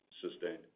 sustained